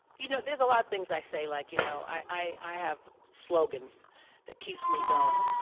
you know, there's a lot of things i say like you know, i have slogans that keeps me going.